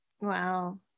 Wow